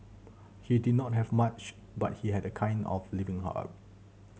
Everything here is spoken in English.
he did not have much but he had a kind of living heart